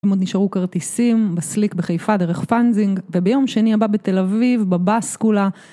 אם עוד נשארו כרטיסים בסליק בחיפה דרך פאנזינג וביום שני הבא בתל אביב בבאס כולה